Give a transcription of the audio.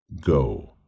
Go